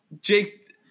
Jake